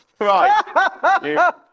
Right